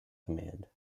command